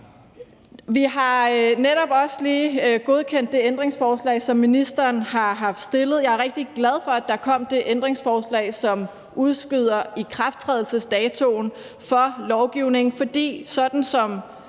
Vi har netop også lige godkendt det ændringsforslag, som ministeren har stillet, og jeg er rigtig glad for, at der kom det ændringsforslag, som udskyder ikrafttrædelsesdatoen for lovgivningen,